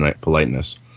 politeness